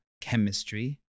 chemistry